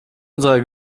unserer